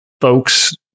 Folks